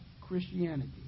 Christianity